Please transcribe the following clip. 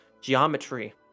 geometry